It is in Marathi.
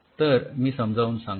तर मी समजावून सांगतो